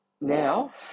now